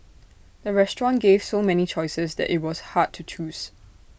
the restaurant gave so many choices that IT was hard to choose